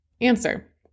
answer